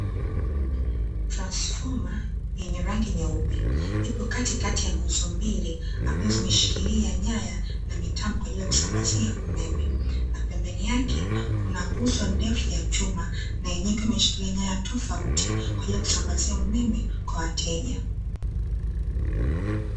Tansifoma yenye rangi nyeupe, ipo katikati ya nguzo mbili, ambazo zimeshikiria nyaya na mitambo kwa ajili ya kusambazia umeme, na pembeni yake kuna nguzo ndefu ya chuma na yenyewe ikiwa imeshikilia nyaya tofauti kwa ajili ya kusambazia umeme kwa wateja.